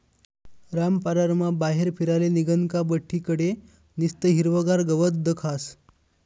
रामपाररमा बाहेर फिराले निंघनं का बठ्ठी कडे निस्तं हिरवंगार गवत दखास